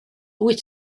wyt